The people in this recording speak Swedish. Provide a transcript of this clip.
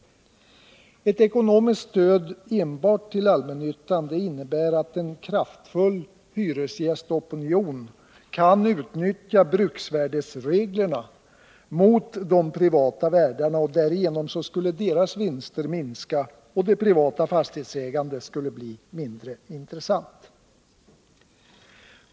Ett ekonomiskt stöd till enbart allmännyttan innebär att en kraftfull hyresgästopinion kan utnyttja bruksvärdesreglerna mot de privata värdarna. Därigenom skulle deras vinster minska och det privata fastighetsägandet bli mindre intressant.